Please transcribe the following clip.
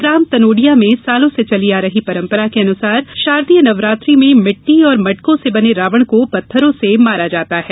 ग्राम तनोडिया में सालों से चली आ रही परम्परा के अनुसार शारदीय नवरात्रि में मिट्टी और मटकों से बने रावण को पत्थरों से मारा जाता है